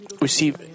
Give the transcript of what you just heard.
receive